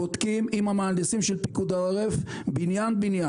בודקים עם המהנדסים של פיקוד העורף בניין-בניין,